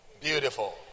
Beautiful